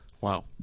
wow